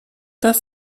das